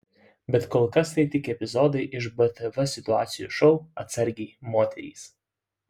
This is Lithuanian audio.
bet kol kas tai tik epizodai iš btv situacijų šou atsargiai moterys